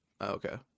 Okay